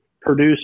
produce